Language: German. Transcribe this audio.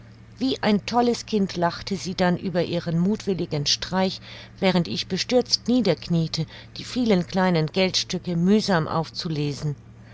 wie ein tolles kind lachte sie dann über ihren muthwilligen streich während ich bestürzt niederkniete die vielen kleinen geldstücke mühsam aufzulesen